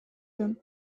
them